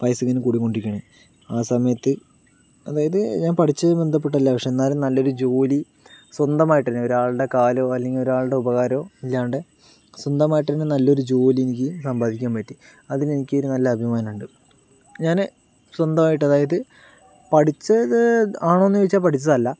വയസ് പിന്നേയും കൂടിക്കൊണ്ടിരിക്കുകയാണ് ആ സമയത്ത് അതായത് ഞാൻ പഠിച്ചത് ബന്ധപ്പെട്ടല്ല പക്ഷേ എന്നാലും നല്ലൊരു ജോലി സ്വന്തമായിട്ട് തന്നെ ഒരാളുടെ കാലോ അല്ലെങ്കിൽ ഒരാളുടെ ഉപകാരമോ ഇല്ലാണ്ട് സ്വന്തമായിട്ടുതന്നെ നല്ലൊരു ജോലി എനിക്ക് സമ്പാദിക്കാൻ പറ്റി അതിന് എനിക്ക് ഒരു നല്ല അഭിമാനം ഉണ്ട് ഞാൻ സ്വന്തമായിട്ട് അതായത് പഠിച്ചത് ആണോയെന്ന് ചോദിച്ചാൽ പഠിച്ചതല്ല